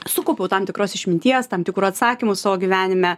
sukaupiau tam tikros išminties tam tikrų atsakymų savo gyvenime